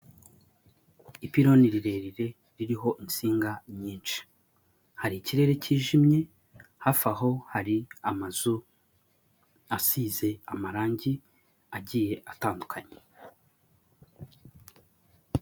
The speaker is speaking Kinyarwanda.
Ipiloni rirerire ririho insinga nyinshi, hari ikirere kijimye hafi aho hari amazu, asize amarangi agiye atandukanye.